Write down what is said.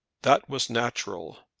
that was natural.